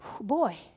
boy